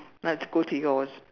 let's go to yours